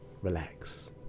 Relax